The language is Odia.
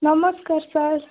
ନମସ୍କାର ସାର୍